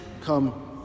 come